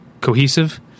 cohesive